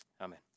Amen